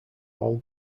all